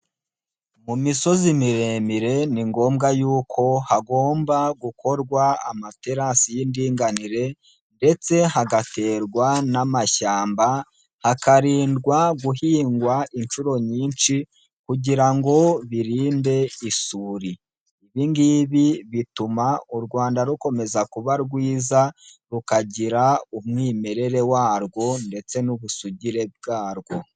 Mu misozi miremire ni ngombwa yuko hagomba gukorwa amaterasi y'indinganire ndetse hagaterwa n'amashyamba, hakarindwa guhingwa inshuro nyinshi kugira ngo birinde isuri, ibi ngibi bituma u Rwanda rukomeza kuba rwiza rukagira umwimerere warwo ndetse n'ubusugire bwarwo.